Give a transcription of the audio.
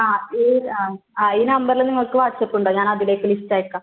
ആ ഈ ആ ആ ഈ നമ്പറിൽ നിങ്ങൾക്ക് വാട്സപ്പ് ഉണ്ടോ ഞാനതിലേയ്ക്ക് ലിസ്റ്റ് ആയക്കാം